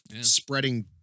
spreading